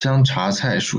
香茶菜属